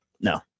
No